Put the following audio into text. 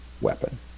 weapon